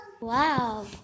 Wow